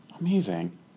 Amazing